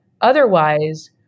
Otherwise